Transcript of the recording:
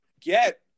get